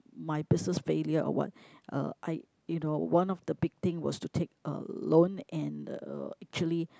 my business failure or what uh I you know one of the big thing was to take uh loan and uh actually